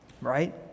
right